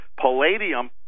Palladium